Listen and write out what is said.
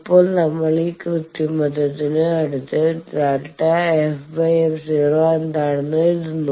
ഇപ്പോൾ നമ്മൾ ഈ കൃത്രിമത്വത്തിന് അടുത്ത് Δ f f 0 എന്താണെന്ന് എഴുതുന്നു